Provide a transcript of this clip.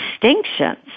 distinctions